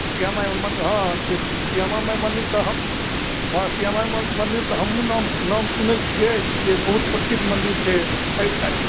श्यामा माइ तऽ हँ श्यामा माइ मन्दिर तऽ हँ हँ श्यामा माइ मन्दिर तऽ हमहूँ नाम नाम सुनै छिए जे बहुत प्रसिद्ध मन्दिर छै आओर आओर